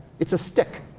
it's a stick.